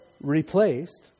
replaced